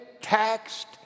taxed